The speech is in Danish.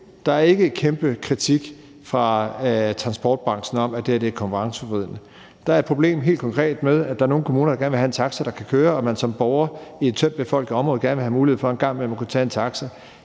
Der er ikke en kæmpe kritik fra transportbranchens side om, at det her er konkurrenceforvridende. Der er helt konkret et problem med, at der er nogle kommuner, der gerne vil have en taxa, der kan køre, og at man som borger i et tyndt befolket område gerne vil have mulighed for en gang imellem at kunne tage en taxa.